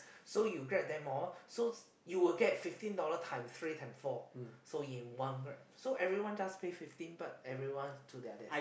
so you Grab them all so you will get fifteen dollars times three times four so in one Grab so everyone just pay fifteen but everyone to their destination